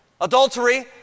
Adultery